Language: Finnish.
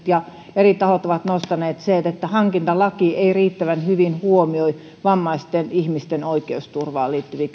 ja eri tahot ovat nostaneet esille että hankintalaki ei riittävän hyvin huomioi vammaisten ihmisten oikeusturvaan liittyviä